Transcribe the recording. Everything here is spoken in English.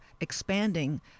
expanding